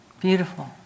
Beautiful